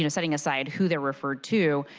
and setting aside who they are referred to.